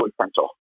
essential